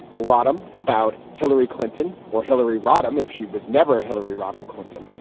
rodham, about hillary clinton or hillary rodham if she was never hillary rodham clinton.